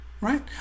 right